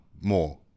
more